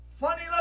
funny